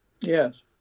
Yes